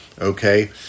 Okay